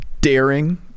daring